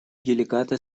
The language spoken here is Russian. делегата